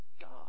God